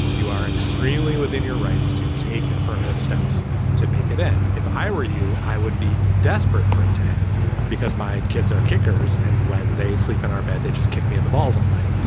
you are extremely within your rights to take affirmative. steps to make it end. if i were you, i would be desperate for it to end because my kids are kicker's. and when they sleep in our bed, they just kick me in the balls all night.